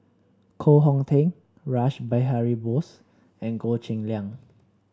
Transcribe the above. Koh Hong Teng Rash Behari Bose and Goh Cheng Liang